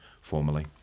formally